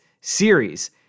series